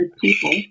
people